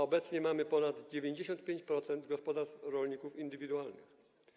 Obecnie mamy ponad 95% gospodarstw rolników indywidualnych.